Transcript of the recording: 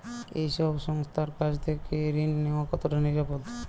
এই সব সংস্থার কাছ থেকে ঋণ নেওয়া কতটা নিরাপদ?